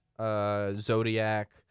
Zodiac